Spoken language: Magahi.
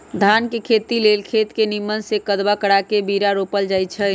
धान के खेती लेल खेत के निम्मन से कदबा करबा के बीरा रोपल जाई छइ